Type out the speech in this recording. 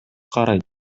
карайт